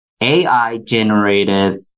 AI-generated